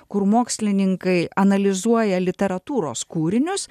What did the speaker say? kur mokslininkai analizuoja literatūros kūrinius